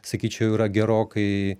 sakyčiau yra gerokai